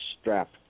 strap